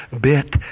bit